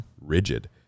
rigid